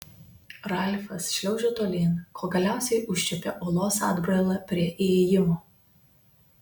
ralfas šliaužė tolyn kol galiausiai užčiuopė uolos atbrailą prie įėjimo